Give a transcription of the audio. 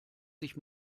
sich